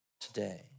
today